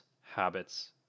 habits